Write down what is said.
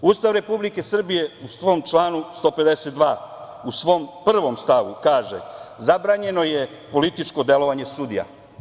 Ustav Republike Srbije u svom članu 152, u svom 1. stavu, kaže: "Zabranjeno je političko delovanje sudija"